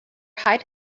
height